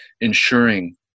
ensuring